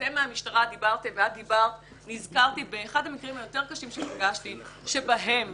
כשאתם מהמשטרה דיברתם נזכרתי באחד המקרים הקשים יותר שפגשתי שבהם